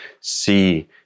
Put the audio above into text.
see